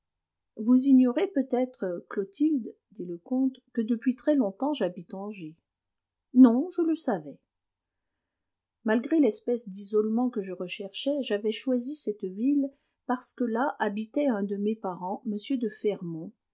vous ignorez peut-être clotilde dit le comte que depuis très longtemps j'habite angers non je le savais malgré l'espèce d'isolement que je recherchais j'avais choisi cette ville parce que là habitait un de mes parents m de fermont